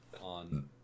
on